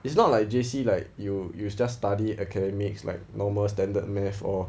it's not like J_C like you you just study academics like normal standard math or